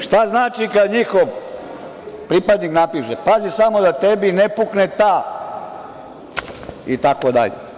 Šta znači kada njihov pripadnik napiše – pazi samo da tebi ne pukne ta, itd.